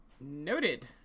noted